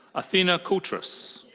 athena koutros.